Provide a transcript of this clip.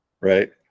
Right